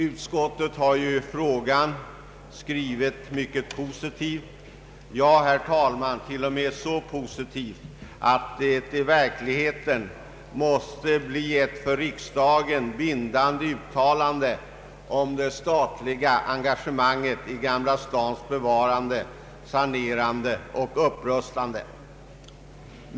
Utskottet har i frågan skrivit mycket positivt, ja herr talman, till och med så positivt att det i verkligheten måste bli ett för riksdagen bindande uttalande om det statliga engagemanget i Gamla Stans bevarande, sanerande och upprustande.